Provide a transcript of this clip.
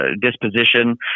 disposition